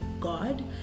God